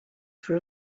for